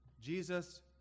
Jesus